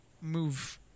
move